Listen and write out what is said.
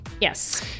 Yes